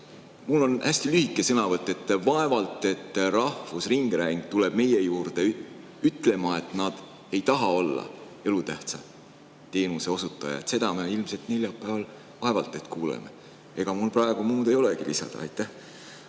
Mul on hästi lühike sõnavõtt. Vaevalt, et rahvusringhääling tuleb meie juurde ütlema, et nad ei taha olla elutähtsa teenuse osutajad, seda me neljapäeval vaevalt et kuuleme. Ega mul praegu muud ei olegi lisada. Aitäh!